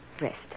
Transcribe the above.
rest